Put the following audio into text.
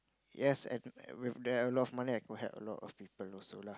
yes and with that a lot of money I could help a lot of people also lah